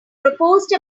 proposed